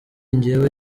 njyewe